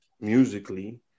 musically